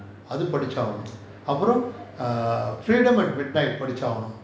அது படிச்சி அவனும்:athu padichi aavanum err freedom at midnight படிச்சி அவனும்:padichi aavanum